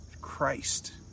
Christ